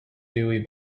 dewey